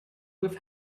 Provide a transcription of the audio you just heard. with